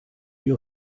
bir